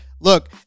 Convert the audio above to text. look